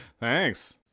thanks